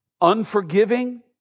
unforgiving